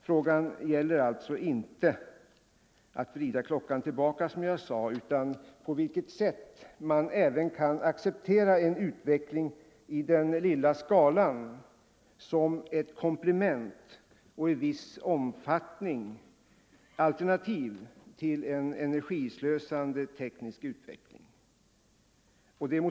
Frågan gäller på vilket sätt man kan främja en utveckling i den lilla skalan som ett komplement och i viss omfattning alternativ till en energislösande teknisk utveckling.